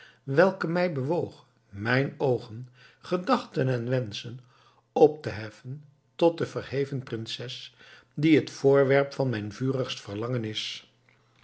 welke mij bewoog mijn oogen gedachten en wenschen op te heffen tot de verheven prinses die het voorwerp van mijn vurigst verlangen is